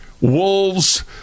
wolves